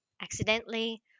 accidentally